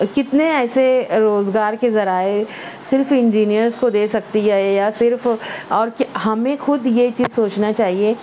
کتنے ایسے روزگار کے ذرائع صرف انجینئرس کو دے سکتی ہے یا صرف اور کہ ہمیں خود یہ چیز سوچنا چاہیے